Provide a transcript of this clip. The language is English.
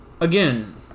Again